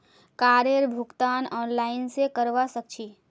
कारेर भुगतान ऑनलाइन स करवा सक छी